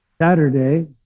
Saturday